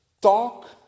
talk